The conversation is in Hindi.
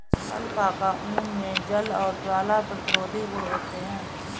अलपाका ऊन मे जल और ज्वाला प्रतिरोधी गुण होते है